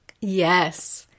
Yes